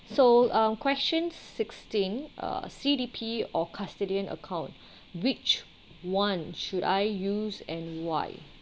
so um question sixteen uh C_D_P or custodian account which [one] should I use and why